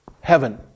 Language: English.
heaven